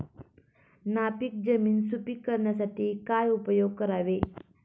नापीक जमीन सुपीक करण्यासाठी काय उपयोग करावे?